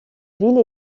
ville